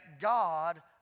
God